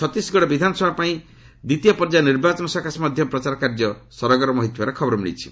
ଛତିଶଗଡ ବିଧାନସଭା ପାଇଁ ଦ୍ୱିତୀୟ ପର୍ଯ୍ୟାୟ ନିର୍ବାଚନ ସକାଶେ ମଧ୍ୟ ପ୍ରଚାରକାର୍ଯ୍ୟ ସରଗରମ ହୋଇଥିବାର ଖବର ମିଳିଛି